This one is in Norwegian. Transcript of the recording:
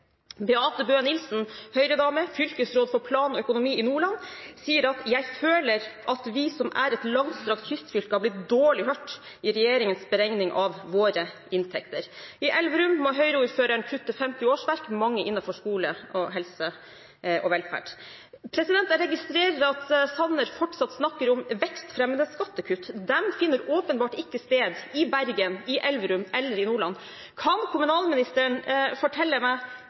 Nilsen, Høyre-dame og fylkesråd for plan og økonomi i Nordland, sier: «Jeg føler at vi som er et langstrakt kystfylke har blitt dårlig hørt i regjeringens beregning av våre inntekter.» I Elverum må Høyre-ordføreren kutte 50 årsverk, mange innenfor skole, helse og velferd. Jeg registrerer at Sanner fortsatt snakker om vekstfremmende skattekutt. De finner åpenbart ikke sted i Bergen, i Elverum eller i Nordland. Kan kommunalministeren fortelle meg